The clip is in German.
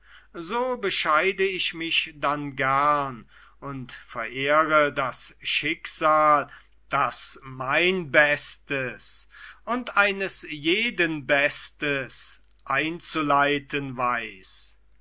so bescheide ich mich dann gern und verehre das schicksal das mein bestes und eines jeden bestes einzuleiten weiß